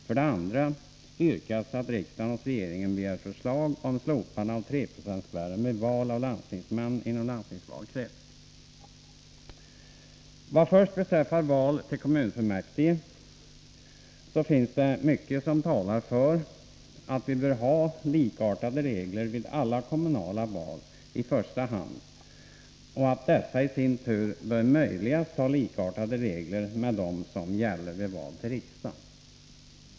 För det andra yrkas att riksdagen hos regeringen begär förslag om Vad först beträffar val till kommunfullmäktige så finns det mycket som talar för att vi bör ha likartade regler vid alla kommunala val i första hand och att reglerna för dessa i sin tur så långt möjligt bör vara likartade de regler som gäller vid val till riksdagen.